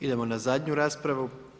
Idemo na zadnju raspravu.